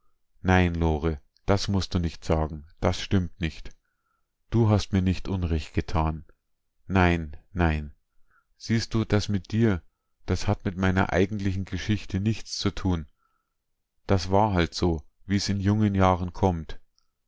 nein lore das mußt du nicht sagen das stimmt nicht du hast mir nicht unrecht getan nein nein siehst du das mit dir das hat mit meiner eigentlichen geschichte nichts zu tun das war halt so wie's in jungen jahren kommt